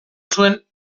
zuen